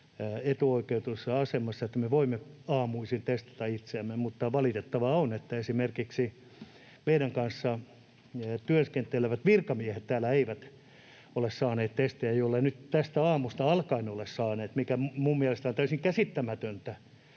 etuoikeutetussa asemassa, että me voimme aamuisin testata itseämme. Mutta valitettavaa on, että esimerkiksi meidän kanssamme työskentelevät virkamiehet täällä eivät ole saaneet testejä — jolleivät nyt tästä aamusta alkaen ole saaneet — mikä minun mielestäni on täysin käsittämätöntä.